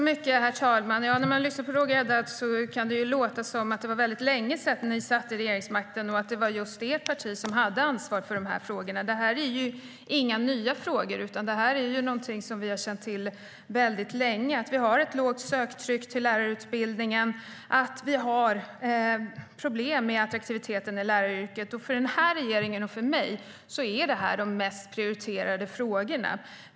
Herr talman! När man lyssnar på Roger Haddad låter det som att det var väldigt länge sedan som de hade regeringsmakten och att det var just deras parti som hade ansvar för dessa frågor. Det är ju inga nya frågor, utan vi har känt till väldigt länge att det är ett lågt söktryck till lärarutbildningen och att det finns problem med attraktiviteten i läraryrken. För den här regeringen och för mig är dessa de mest prioriterade frågorna.